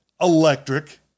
electric